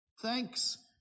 Thanks